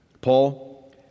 Paul